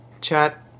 chat